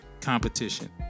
competition